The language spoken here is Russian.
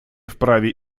вправе